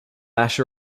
ash